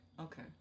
okay